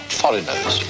foreigners